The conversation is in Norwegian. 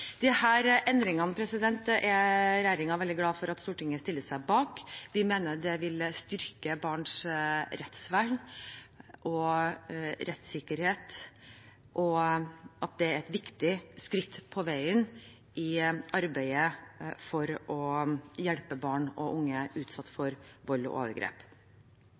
endringene er regjeringen veldig glad for at Stortinget stiller seg bak. Vi mener det vil styrke barns rettsvern og rettssikkerhet, og at det er et viktig skritt på veien i arbeidet for å hjelpe barn og unge utsatt for vold og overgrep.